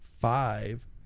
five